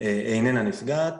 איננה נפגעת.